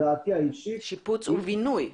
שיפוץ ובינוי.